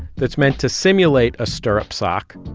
that's meant to simulate a stirrup sock,